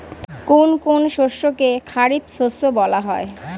কোন কোন শস্যকে খারিফ শস্য বলা হয়?